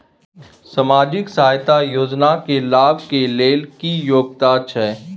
सामाजिक सहायता योजना के लाभ के लेल की योग्यता छै?